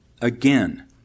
again